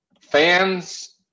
Fans